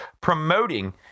promoting